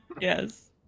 yes